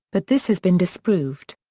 but this has been disproved.